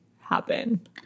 happen